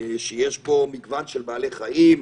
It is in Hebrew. שיש בו מגוון של בעלי חיים,